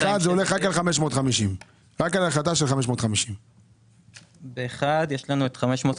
1 הולך רק על 550. רק על החלטה של 550. ב-1 יש לנו את 550,